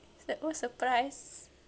it's like oh surprise